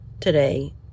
today